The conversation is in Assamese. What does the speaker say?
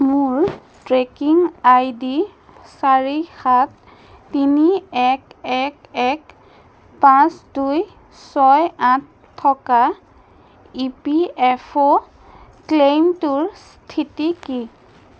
মোৰ ট্ৰেকিং আইডি চাৰি সাত তিনি এক এক এক পাঁচ দুই ছয় আঠ থকা ইপিএফঅ' ক্লেইমটোৰ স্থিতি কি